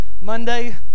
Monday